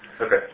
Okay